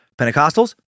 Pentecostals